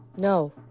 No